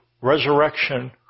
resurrection